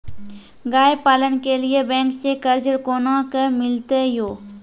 गाय पालन के लिए बैंक से कर्ज कोना के मिलते यो?